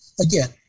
Again